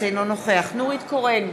אינו נוכח נורית קורן,